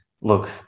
look